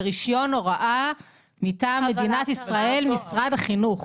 זה רישיון הוראה מטעם מדינת ישראל, משרד החינוך.